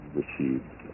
received